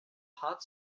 hot